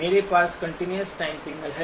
मेरे पास continuous time signal है